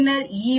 பின்னர் 1